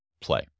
play